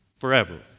forever